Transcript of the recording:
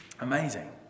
Amazing